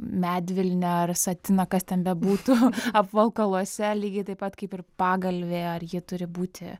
medvilnę ar satiną kas ten bebūtų apvalkaluose lygiai taip pat kaip ir pagalvė ar ji turi būti